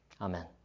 Amen